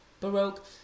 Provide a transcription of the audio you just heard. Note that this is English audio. Baroque